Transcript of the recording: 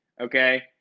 Okay